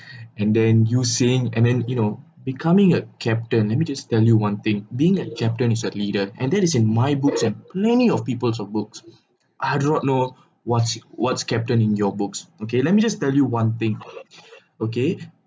and then you saying and then you know becoming a captain let me just tell you one thing being a captain is a leader and that is in my books and many of peoples of books I do not know what's what's captain in your books okay let me just tell you one thing okay